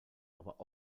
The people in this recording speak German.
aber